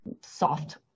soft